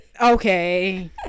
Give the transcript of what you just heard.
Okay